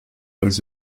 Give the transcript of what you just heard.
als